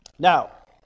Now